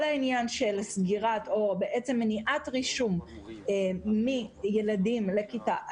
כל העניין של מניעת רישום מילדים לכיתה א',